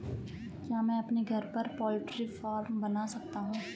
क्या मैं अपने घर पर पोल्ट्री फार्म बना सकता हूँ?